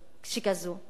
שכזו.